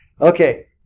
Okay